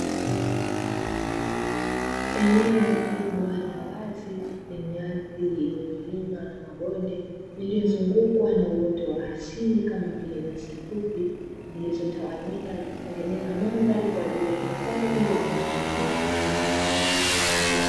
Eneo kubwa la wazi, lenye ardhi yenye milima na mabonde, ililozungukwa na uoto wa asili kama vile nyasi fupi zilizotawanyika na kutengeneza mandhari kwa ajili ya hifadhi ya wanyamapori.